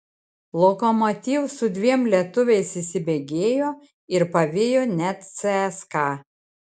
lokomotiv su dviem lietuviais įsibėgėjo ir pavijo net cska